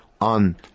on